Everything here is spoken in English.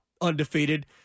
undefeated